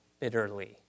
bitterly